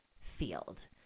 field